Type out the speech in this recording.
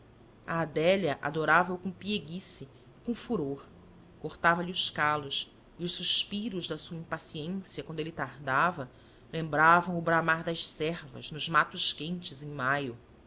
a adélia adoravao com pieguice e com furor cortava lhe os calos e os suspiros da sua impaciência quando ele tardava lembravam o bramar das cervas nos matos quentes em maio